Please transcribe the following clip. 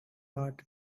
heart